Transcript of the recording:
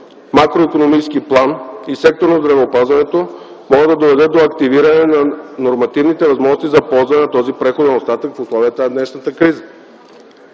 макроикономически план и в сектора на здравеопазването могат да доведат до активирането на нормативните възможности за ползването на този преходен остатък в условията на днешната криза.